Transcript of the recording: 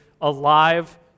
alive